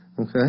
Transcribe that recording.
Okay